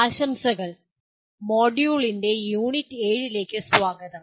ആശംസകൾ മൊഡ്യൂളിന്റെ യൂണിറ്റ് 7 ലേക്ക് സ്വാഗതം